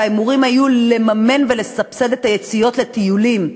שהיו אמורים לממן ולסבסד את היציאות לטיולים,